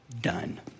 done